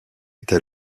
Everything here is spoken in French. était